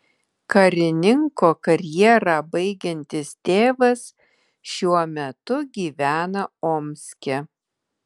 karininko karjerą baigiantis tėvas šiuo metu gyvena omske